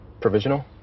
Provisional